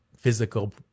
physical